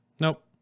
Nope